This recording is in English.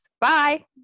bye